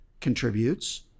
contributes